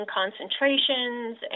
concentrations